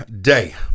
Day